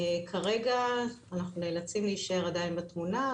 כרגע אנחנו נאלצים להישאר עדיין בתמונה,